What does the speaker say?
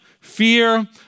fear